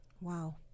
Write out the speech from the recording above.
Wow